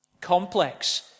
Complex